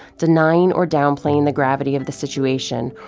denying or downplaying the gravity of the situation,